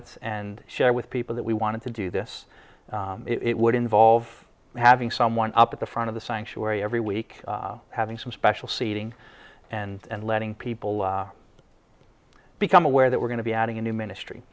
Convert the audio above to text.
it and share with people that we wanted to do this it would involve having someone up at the front of the sanctuary every week having some special seating and letting people become aware that we're going to be adding a new ministry